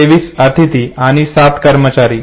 23 अतिथी आणि सात कर्मचारी